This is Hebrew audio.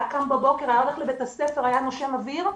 היה קם בבוקר והולך לבית הספר ונושם אוויר,